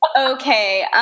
Okay